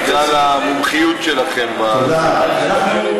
בגלל המומחיות שלכם בנושא,